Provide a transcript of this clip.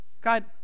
God